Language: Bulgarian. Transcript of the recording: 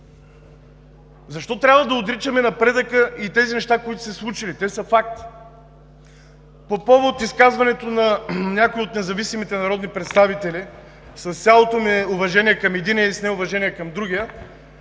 Защо трябва да отричаме напредъка и тези неща, които са се случили? Те са факт. По повод изказването на някои от независимите народни представители, с цялото ми уважение към единия и с неуважение към другия,